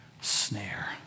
snare